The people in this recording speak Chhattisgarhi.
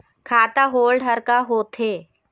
खाता होल्ड हर का होथे?